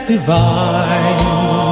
divine